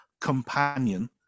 companion